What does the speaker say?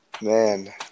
Man